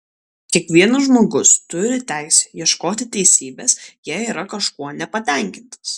kiekvienas žmogus turi teisę ieškoti teisybės jei yra kažkuo nepatenkintas